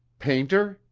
painter?